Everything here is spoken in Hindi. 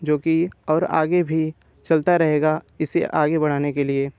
जो कि और आगे भी चलता रहेगा इसे आगे बढ़ाने के लिए